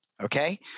okay